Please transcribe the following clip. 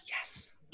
Yes